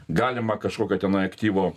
galimą kažkokio tenai aktyvo